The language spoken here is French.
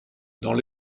dans